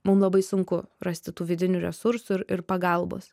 mum labai sunku rasti tų vidinių resursų ir ir pagalbos